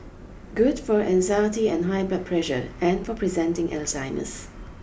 good for anxiety and high blood pressure and for preventing Alzheimer's